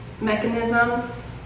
mechanisms